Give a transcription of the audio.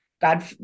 God